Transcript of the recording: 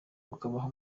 bukabaha